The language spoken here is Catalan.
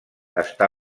està